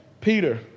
Peter